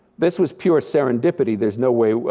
this was pure serendipity, there's no way,